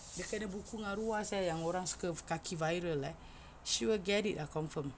dia kena buku dengan ruas eh yang orang suka kaki viral eh she will get it ah confirm